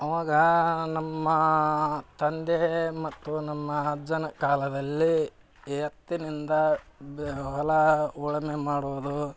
ಅವಾಗ ನಮ್ಮ ತಂದೆ ಮತ್ತು ನಮ್ಮ ಅಜ್ಜನ ಕಾಲದಲ್ಲಿ ಎತ್ತಿನಿಂದ ಬ್ಯ ಹೊಲ ಉಳುಮೆ ಮಾಡೋದು